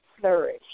flourish